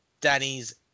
Danny's